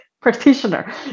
practitioner